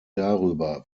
darüber